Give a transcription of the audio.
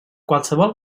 qualsevol